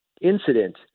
incident